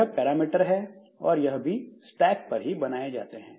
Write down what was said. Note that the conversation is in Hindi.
यह पैरामीटर है और यह भी स्टैक पर ही बनाए गए हैं